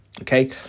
Okay